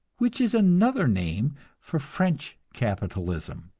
which is another name for french capitalism.